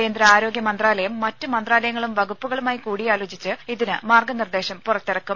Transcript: കേന്ദ്ര ആരോഗ്യ മന്ത്രാലയം മറ്റ് മന്ത്രാലയങ്ങളും വകുപ്പുകളുമായി കൂടിയാലോചിച്ച് ഇതിന് മാർഗനിർദേശം പുറത്തിറക്കും